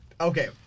Okay